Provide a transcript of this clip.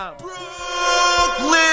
Brooklyn